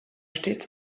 stets